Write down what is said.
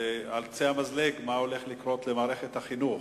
ועל קצה המזלג, מה הולך לקרות למערכת החינוך.